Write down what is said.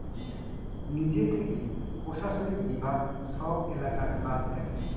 নিজে থেকে প্রশাসনিক বিভাগ সব এলাকার কাজ দেখে